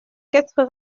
quatre